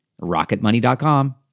rocketmoney.com